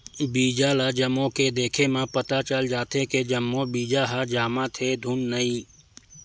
बीजा ल जमो के देखे म पता चल जाथे के जम्मो बीजा ह जामत हे धुन नइ